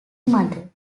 mother